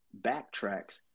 backtracks